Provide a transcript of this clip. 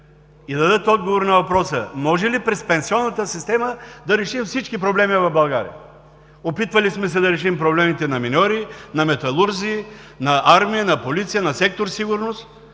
да дадат отговор на въпроса: може ли през пенсионната система да решим всички проблеми в България? Опитвали сме се да решим проблемите на миньори, на металурзи, на армия, на полиция, на сектор „Сигурност“